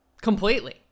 Completely